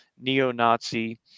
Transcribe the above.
neo-Nazi